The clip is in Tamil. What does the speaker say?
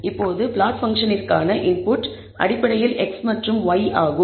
இப்போது பிளாட் பங்க்ஷனிற்கான இன்புட் அடிப்படையில் x மற்றும் y ஆகும்